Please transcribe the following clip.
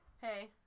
hey